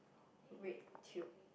red tube